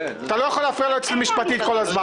אתה לא יכול להפריע ליועצת המשפטית כל הזמן.